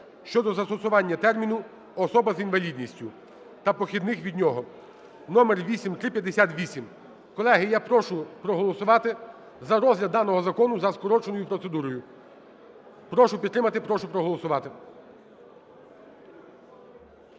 щодо застосування терміну "особа з інвалідністю" та похідних від нього (№ 8358). Колеги, я прошу проголосувати за розгляд даного закону за скороченою процедурою. Прошу підтримати. Прошу проголосувати.